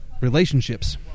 relationships